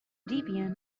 debian